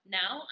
now